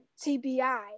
TBI